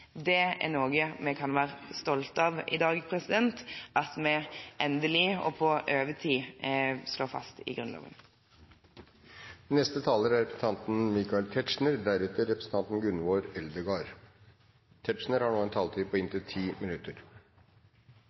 Det er noe vi kan være stolte av i dag, at vi endelig – og på overtid – slår det fast i Grunnloven. Jeg tror jeg vil begynne med å takke for interessen for mine innlegg. Det er